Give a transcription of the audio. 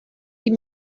sie